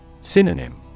Synonym